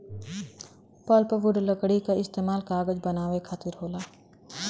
pulpwood लकड़ी क इस्तेमाल कागज बनावे खातिर होला